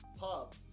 pub